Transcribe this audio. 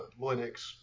Linux